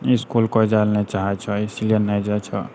इसकुल कोई नहि जाइ लए चाहै छौ इसीलिये नहि जाइ छौ